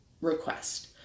request